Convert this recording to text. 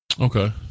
Okay